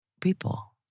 people